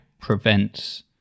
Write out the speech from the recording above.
prevents